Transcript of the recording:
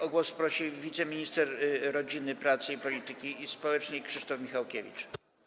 O głos prosi wiceminister rodziny, pracy i polityki społecznej Krzysztof Michałkiewicz.